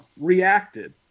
reacted